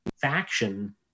faction